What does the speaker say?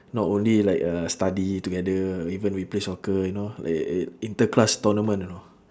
not only like uh study together even we play soccer you know like uh inter-class tournament you know